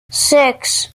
six